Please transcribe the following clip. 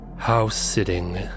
House-sitting